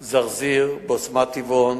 זרזיר, בסמת-טבעון,